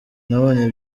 nabonye